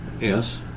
Yes